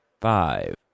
Five